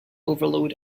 overload